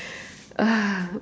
ah